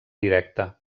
directe